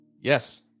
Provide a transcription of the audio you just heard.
Yes